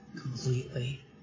completely